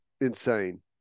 insane